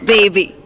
Baby